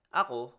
ako